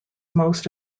most